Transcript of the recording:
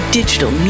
digital